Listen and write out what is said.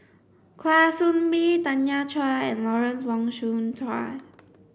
Kwa Soon Bee Tanya Chua and Lawrence Wong Shyun Tsai